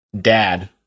dad